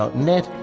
ah net.